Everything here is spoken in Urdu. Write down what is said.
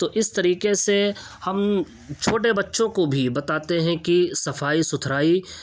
تو اس طریقے سے ہم چھوٹے بچوں کو بھی بتاتے ہیں کہ صفائی ستھرائی